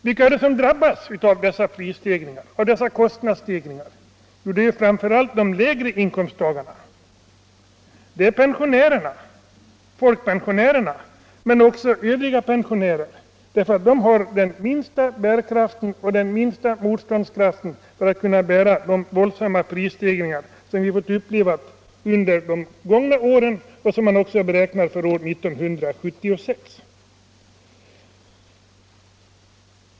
Vilka drabbas av dessa kostnadsstegringar? Jo, framför allt de lägre inkomsttagarna och pensionärerna — folkpensionärerna men även övriga pensionärer — eftersom de har den minsta bärkraften och motståndskraften när det gäller de våldsamma prisstegringar som vi har fått uppleva under de gångna åren och som man väntar också under 1976.